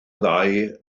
ddau